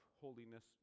holiness